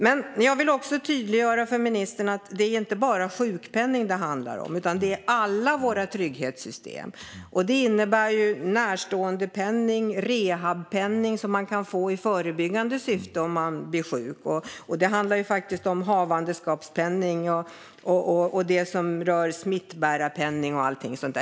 Men jag vill också tydliggöra för ministern att detta inte bara handlar om sjukpenning utan om alla våra trygghetssystem. Det innebär närståendepenning, rehabpenning, som man kan få i förebyggande syfte om man blir sjuk, och också havandeskapspenning, smittbärarpenning och sådant.